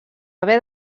haver